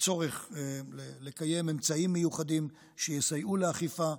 הצורך לקיים אמצעים מיוחדים שיסייעו לאכיפה,